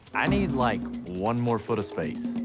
i need like one more foot of space